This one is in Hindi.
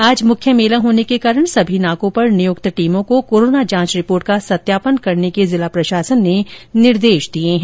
आज मुख्य मेला होने के कारण सभी नाको पर नियुक्त टीमों को कोरोना जांच रिपोर्ट का सत्यापन करने के जिला प्रशासन ने निर्देश दिए हैं